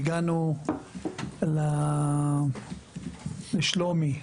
והגענו לשלומי,